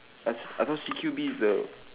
I I don't see Q_B is the